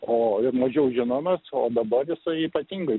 o mažiau žinomas o dabar jisai ypatingai